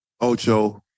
Ocho